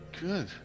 Good